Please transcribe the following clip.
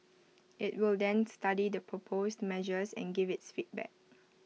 IT will then study the proposed measures and give its feedback